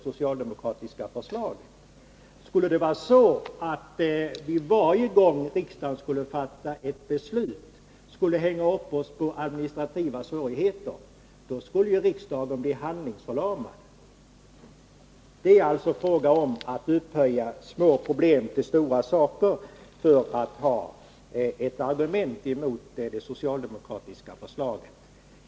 Vore det så, att vi varje gång riksdagen skulle fatta ett beslut skulle hänga upp oss på administrativa svårigheter, då skulle riksdagen bli handlingsförlamad. Det är alltså här fråga om att upphöja små problem till stora saker för att ha ett argument mot det socialdemokratiska förslaget.